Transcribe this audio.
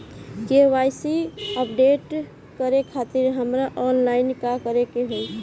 KYC update करे खातिर हमरा ऑनलाइन का करे के होई?